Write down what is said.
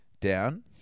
down